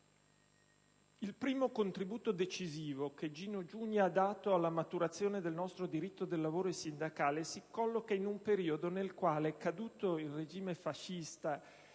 Il primo contributo decisivo che Gino Giugni ha dato alla maturazione del nostro diritto del lavoro e sindacale si colloca in un periodo nel quale, caduto il regime fascista